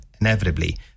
inevitably